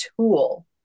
tool